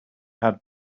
had